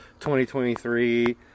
2023